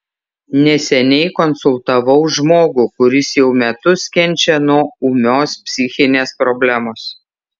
neseniai konsultavau žmogų kuris jau metus kenčia nuo ūmios psichinės problemos